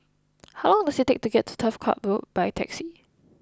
how long does it take to get to Turf Ciub Road by taxi